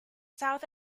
south